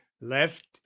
left